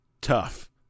tough